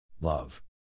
love